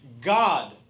God